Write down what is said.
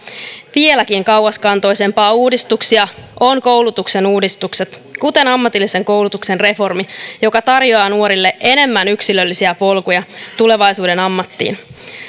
vieläkin kauaskantoisempia uudistuksia ovat koulutuksen uudistukset kuten ammatillisen koulutuksen reformi joka tarjoaa nuorille enemmän yksilöllisiä polkuja tulevaisuuden ammattiin